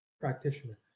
practitioner